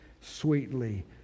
sweetly